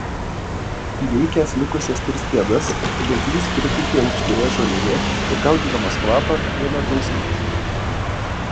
įveikęs likusias tris pėdas bėglys pritūpė aukštoje žolėje ir gaudydamas kvapą ėmė klausytis